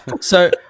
So-